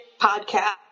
podcast